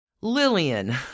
Lillian